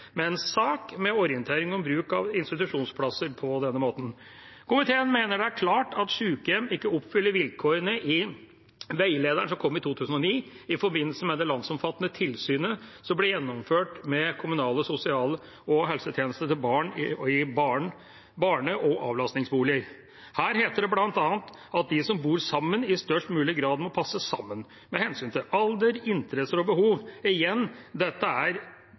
med en sak med orientering om bruk av institusjonsplasser på denne måten. Komiteen mener det er klart at sykehjem ikke oppfyller vilkårene i veilederen som kom i 2009, i forbindelse med det landsomfattende tilsynet som ble gjennomført med kommunale sosial- og helsetjenester til barn i barne- og avlastningsboliger. Her heter det bl.a. at de som bor sammen, i størst mulig grad må passe sammen med hensyn til alder, interesser og behov. Igjen: Dette er